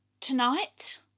tonight